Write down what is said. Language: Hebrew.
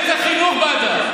מאיזה חינוך באת?